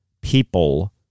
people